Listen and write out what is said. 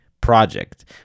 project